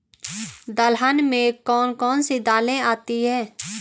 दलहन में कौन कौन सी दालें आती हैं?